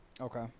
Okay